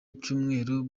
icyumweru